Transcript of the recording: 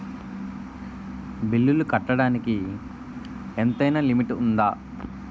బిల్లులు కట్టడానికి ఎంతైనా లిమిట్ఉందా?